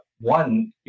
one